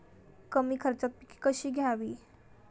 कमी खर्चात पिके कशी घ्यावी?